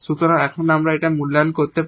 সুতরাং আমরা এখানে মূল্যায়ন করতে চাই